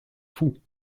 fous